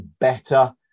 better